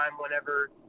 whenever